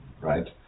right